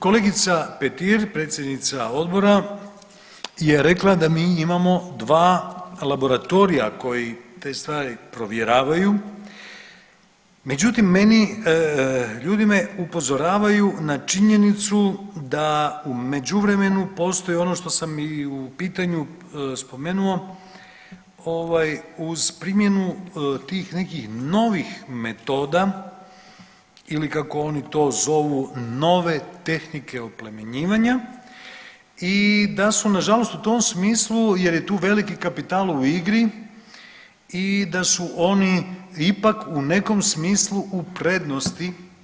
Kolegica Petir predsjednica odbora je rekla da mi imamo 2 laboratorija koji te stvari provjeravaju, međutim meni, ljudi me upozoravaju na činjenicu da u međuvremenu postoji ono što sam i u pitanju spomenuo ovaj uz primjenu tih nekih novih metoda ili kako oni to zovu nove tehnike oplemenjivanja i da su nažalost u tom smislu jer je tu veliki kapital u igri i da su oni ipak u nekom smislu u prednosti.